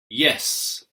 yes